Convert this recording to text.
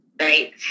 Right